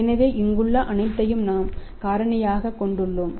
எனவே இங்குள்ள அனைத்தையும் நாம் காரணியாகக் கொண்டுள்ளோம்